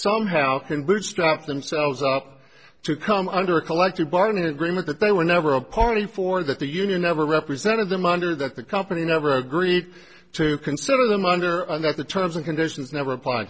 somehow can bootstrap themselves up to come under a collective bargaining agreement that they were never a party for that the union never represented them under that the company never agreed to consider them under the terms and conditions never applied